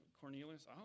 Cornelius